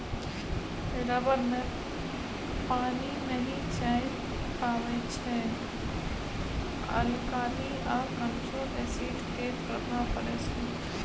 rubber मे पानि नहि जाए पाबै छै अल्काली आ कमजोर एसिड केर प्रभाव परै छै